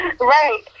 Right